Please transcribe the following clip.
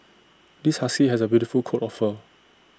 this husky has A beautiful coat of fur